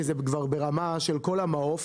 כי זה כבר ברמה של כל המעוף,